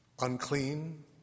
unclean